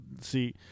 see